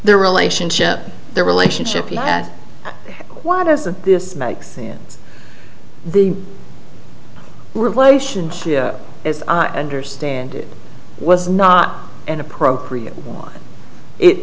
their relationship their relationship that why doesn't this make sense the relationship as i understand it was not inappropriate was it